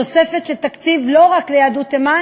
תוספת של תקציב לא רק ליהדות תימן,